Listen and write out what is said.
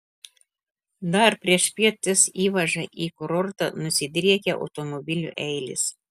dar priešpiet ties įvaža į kurortą nusidriekė automobilių eilės